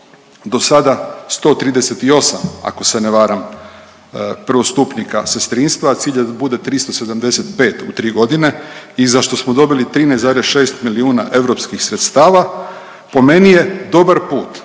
do sada 138 ako se ne varam prvostupnika sestrinstva, a cilj je da bude 375 u 3 godine i za što smo dobili 13,6 milijuna europskih sredstava po meni je dobar put